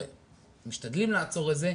משתדלים לעצור את זה,